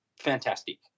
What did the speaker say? fantastic